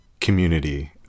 community